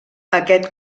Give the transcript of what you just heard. aquest